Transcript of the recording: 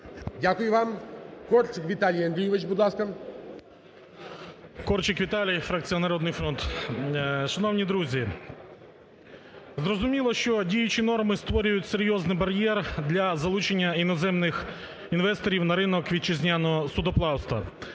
Дякую вам. Корчик Віталій Андрійович, будь ласка.